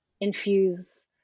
infuse